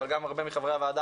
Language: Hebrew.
אבל גם הרבה מחברי הוועדה,